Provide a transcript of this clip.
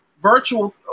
virtual